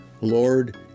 Lord